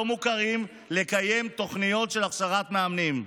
מוכרים לקיים תוכניות של הכשרת מאמנים.